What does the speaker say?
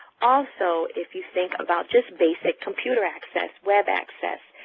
also if you think about just basic computer access, web access,